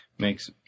makes